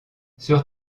sur